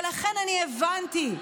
ולכן, אני הבנתי,